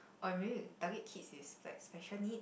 or maybe target kids with like special needs